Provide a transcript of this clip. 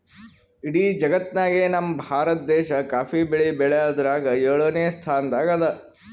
ಇಡೀ ಜಗತ್ತ್ನಾಗೆ ನಮ್ ಭಾರತ ದೇಶ್ ಕಾಫಿ ಬೆಳಿ ಬೆಳ್ಯಾದ್ರಾಗ್ ಯೋಳನೆ ಸ್ತಾನದಾಗ್ ಅದಾ